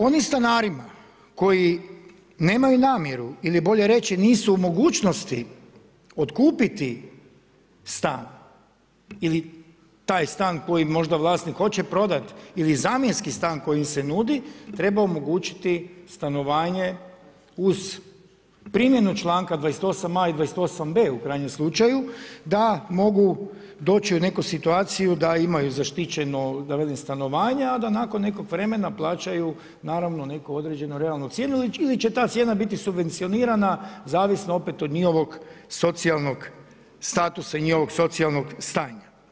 Onim stanarima koji nemaju namjeru, ili bolje reći, nisu u mogućnosti otkupiti stan ili taj stan koji možda vlasnik hoće prodat ili zamjenski stan koji im se nudi, treba omogućiti stanovanje uz primjenu članka 28.a i 28.b u krajnjem slučaju da mogu doći u neku situaciju da imaju zaštićeno da velim stanovanje a da nakon nekog vremena plaćaju naravno neku određenu realnu cijenu ili će ta cijena biti subvencionirana zavisno opet od njihovog socijalnog statusa i njihovog socijalnog stanja.